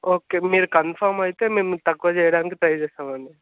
okay మీరు confirm అయితే మేము తక్కువ చేయడానికి ట్రై చేస్తాం అండి